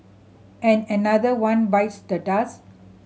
and another one bites the dust